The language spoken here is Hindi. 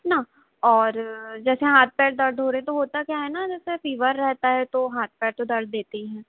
न और जैसे हाथ पैर दर्द हो रहे तो होता क्या है न जैसे फ़ीवर रहता है तो हाथ पैर तो दर्द देते ही हैं